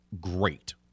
great